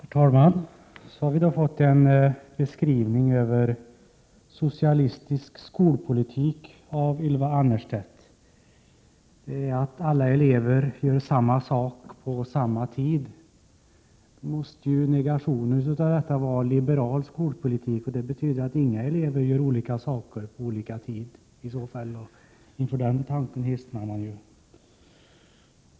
Herr talman! Så har vi då av Ylva Annerstedt fått en beskrivning över socialistisk skolpolitik. Det är att alla elever gör samma sak samma tid. Då måste ju negationen av detta vara liberal skolpolitik, och det betyder i så fall att inga elever gör olika saker olika tid. Inför den tanken hisnar man ju.